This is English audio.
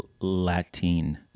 Latin